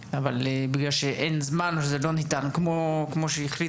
בגלל שאין זמן או שזה לא ניתן כמו שהחליט